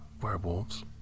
werewolves